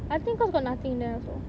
I think cause got nothing there also